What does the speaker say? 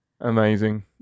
amazing